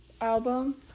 album